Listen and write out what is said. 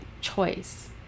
choice